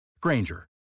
Granger